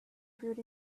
brewed